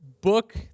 book